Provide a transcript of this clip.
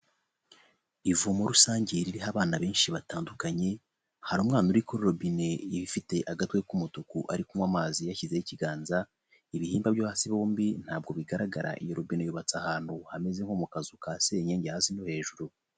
Ivumo rusange ririho abana benshi batandukanye hari umwana uri kuri robine ifite agatwe k'umutuku ari kunywa amazi yashyizeho ikiganza, ibihimba byo hasi bombi ntabwo bigaragara, iyo robine yubatse ahantu hameze nko mu kazu ka senyengi hasi no hejuru.